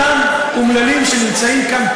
אותם אומללים שנמצאים כאן,